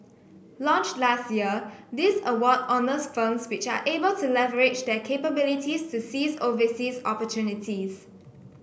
launched last year this award honours firms which are able to leverage their capabilities to seize overseas opportunities